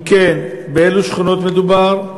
2. אם כן, באילו שכונות מדובר?